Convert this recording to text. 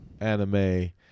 anime